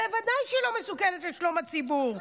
בוודאי שהיא לא מסוכנת לשלום הציבור.